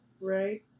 right